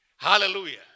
Hallelujah